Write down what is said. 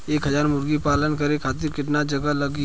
एक हज़ार मुर्गी पालन करे खातिर केतना जगह लागी?